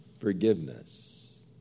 Forgiveness